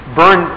burn